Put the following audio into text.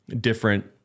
different